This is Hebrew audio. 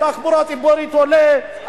תחבורה ציבורית עולה,